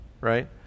right